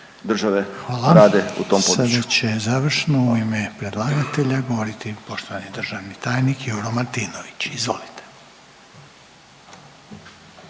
države rade u tom području.